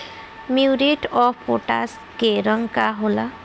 Muriate of potash के रंग का होला?